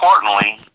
importantly